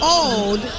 old